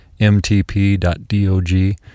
mtp.dog